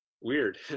weird